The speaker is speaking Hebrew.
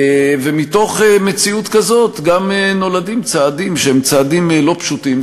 ומתוך מציאות כזאת גם נולדים צעדים שהם צעדים לא פשוטים,